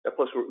Plus